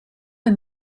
een